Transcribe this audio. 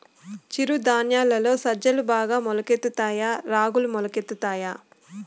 చిరు ధాన్యాలలో సజ్జలు బాగా మొలకెత్తుతాయా తాయా రాగులు మొలకెత్తుతాయా